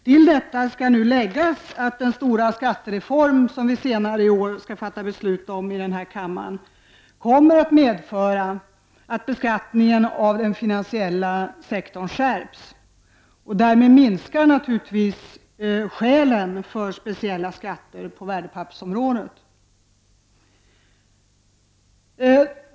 Till detta skall nu även läggas att den stora skattereform som vi senare i år skall fatta beslut om i denna kammare kommer att medföra att beskattningen av den finansiella sektorn skärps. Därmed minskar naturligtvis skälen för speciella skatter på värdepappersområdet.